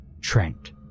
Trent